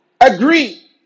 agree